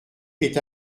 est